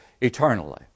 eternally